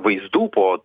vaizdų po